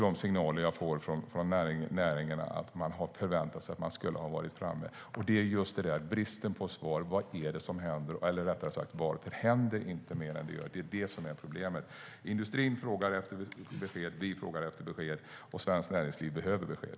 De signaler jag får från näringen är att de förväntat sig att regeringen skulle ha nått fram. Det är just bristen på svar, vad det är som händer, eller rättare sagt varför det inte händer mer än det gör, som är problemet. Industrin frågar efter besked. Vi frågar efter besked. Svenskt näringsliv behöver besked.